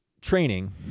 training